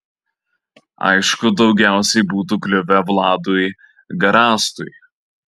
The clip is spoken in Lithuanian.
aišku daugiausiai būtų kliuvę vladui garastui